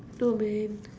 oh man